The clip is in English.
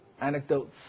anecdotes